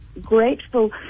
grateful